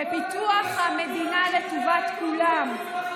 כל החרדים הם קיצונים,